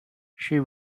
she